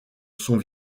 son